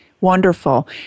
Wonderful